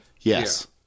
Yes